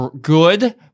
Good